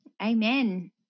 Amen